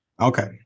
Okay